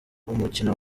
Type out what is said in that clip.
umukino